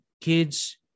kids